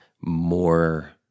more